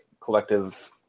collective